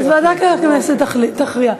אז ועדת הכנסת תכריע.